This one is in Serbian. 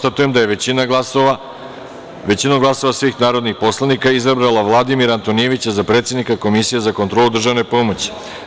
Konstatujem da je Narodna skupština većinom glasova svih narodnih poslanika izabrala Vladimira Antonijevića za predsednika Komisije za kontrolu državne pomoći.